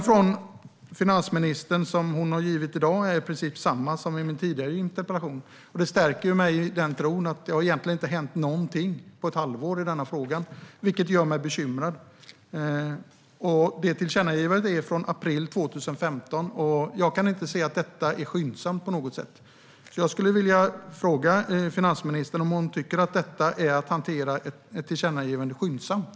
Finansministerns svar i dag är i princip samma som hon gav när jag ställde min tidigare interpellation. Det stärker mig i tron att det egentligen inte har hänt någonting på ett halvår i frågan, vilket gör mig bekymrad. Tillkännagivandet är från april 2015. Jag kan inte se att det skulle vara skyndsamt. Tycker finansministern att detta är att hantera ett tillkännagivande skyndsamt?